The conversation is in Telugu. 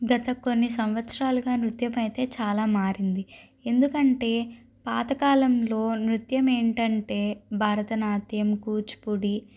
గత కొన్ని సంవత్సరాలుగా నృత్యం అయితే చాలా మారింది ఎందుకంటే పాతకాలంలో నృత్యం ఏంటంటే భరతనాట్యం కూచిపూడి